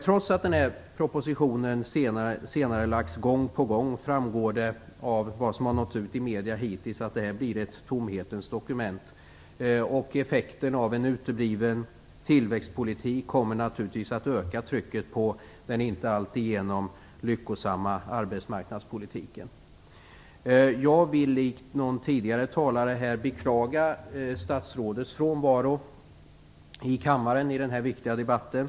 Trots att den här propositionen senarelagts gång på gång framgår det av vad som har nått ut i medierna hittills att det blir ett tomhetens dokument. Effekten av en utebliven tillväxtpolitik kommer naturligtvis att öka trycket på den inte alltigenom lyckosamma arbetsmarknadspolitiken. Jag vill likt en tidigare talare här beklaga statsrådets frånvaro i kammaren under den här viktiga debatten.